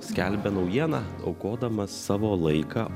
skelbia naujieną aukodamas savo laiką